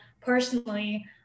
personally